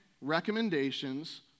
recommendations